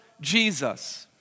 Jesus